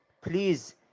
Please